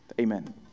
Amen